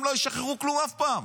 הם לא ישחררו כלום אף פעם.